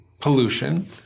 pollution